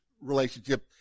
relationship